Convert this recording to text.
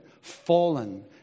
fallen